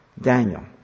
Daniel